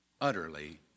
utterly